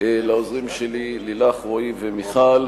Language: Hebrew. לעוזרים שלי, לילך, רועי ומיכל,